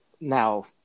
now